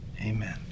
Amen